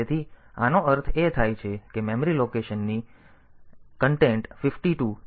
તેથી આનો અર્થ એ થાય છે કે મેમરી લોકેશનની a will be anded content 52